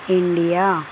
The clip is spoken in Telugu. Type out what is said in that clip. ఇండియా